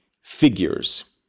figures